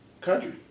country